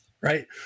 right